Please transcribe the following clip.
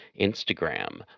Instagram